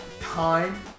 time